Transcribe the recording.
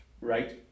Right